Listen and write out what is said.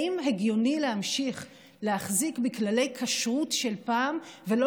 האם הגיוני להמשיך להחזיק בכללי כשרות של פעם ולא